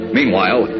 Meanwhile